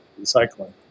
recycling